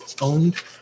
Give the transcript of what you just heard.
owned